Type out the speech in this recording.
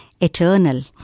eternal